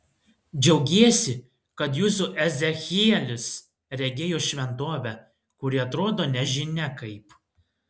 džiaugiesi kad jūsų ezechielis regėjo šventovę kuri atrodo nežinia kaip